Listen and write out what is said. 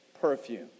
perfume